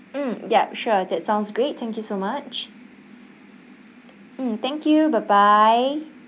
mm yup sure that sounds great thank you so much mm thank you bye bye